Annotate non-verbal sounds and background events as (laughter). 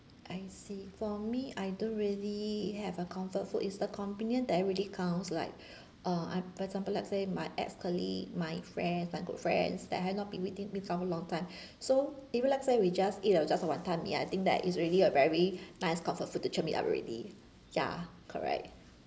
I see for me I don't really have a comfort food is the companion that really counts like (breath) uh I for example like say my ex colleague my friends like good friends that had not been meeting me for a long time (breath) so even let's say we just eat uh just a wanton mee I think that is really a very (breath) nice comfort food to cheer me up already ya correct